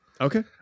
Okay